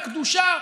קדושה,